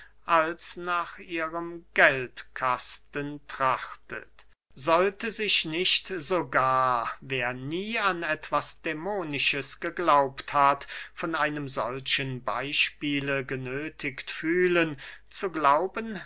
als nach ihrem geldkasten trachtet sollte sich nicht sogar wer nie an etwas dämonisches geglaubt hat von einem solchen beyspiele genöthigt fühlen zu glauben